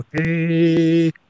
Okay